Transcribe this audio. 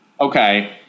okay